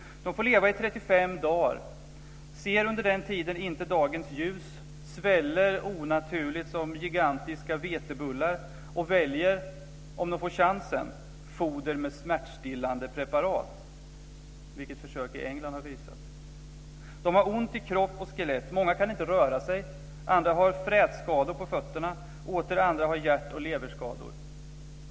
De får leva i 35 dagar. De ser under den tiden inte dagens ljus. De sväller onaturligt som gigantiska vetebullar och väljer, om de får chansen, foder med smärtstillande preparat. Det har försök i England visat. De har ont i kropp och skelett. Många kan inte röra sig, och andra har frätskador på fötterna. Åter andra har hjärt och leverskador.